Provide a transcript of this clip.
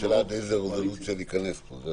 השאלה עד איזו רזולוציה ניכנס פה.